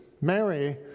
Mary